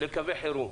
לקווי חירום.